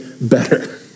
better